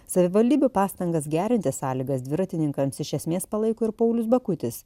savivaldybių pastangas gerinti sąlygas dviratininkams iš esmės palaiko ir paulius bakutis